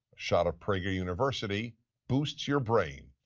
shot of prager university boosts your brain.